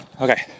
Okay